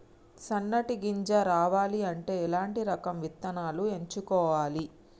సన్నటి గింజ రావాలి అంటే ఎలాంటి రకం విత్తనాలు ఎంచుకోవాలి?